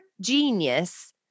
genius